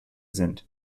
sind